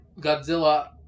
Godzilla